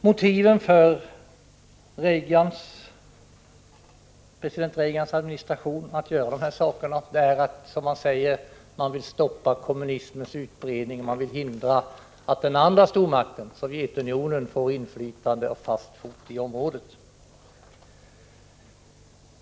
Motiven för president Reagans administration att göra de här sakerna är, som man säger, att stoppa kommunismens utbredning. Man vill hindra att den andra stormakten, Sovjetunionen, får inflytande och fast fot i området.